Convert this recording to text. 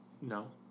No